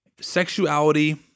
sexuality